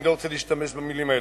אני לא רוצה להשתמש במלים האלה.